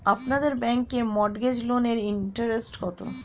আপনাদের ব্যাংকে মর্টগেজ লোনের ইন্টারেস্ট কত?